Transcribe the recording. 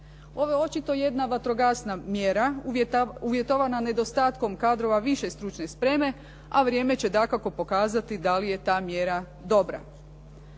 Ovo je očito jedna vatrogasna mjera uvjetovana nedostatkom kadrova više stručne spreme a vrijeme će dakako pokazati da li je ta mjera dobra.